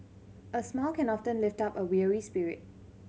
a smile can often lift up a weary spirit